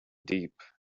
deep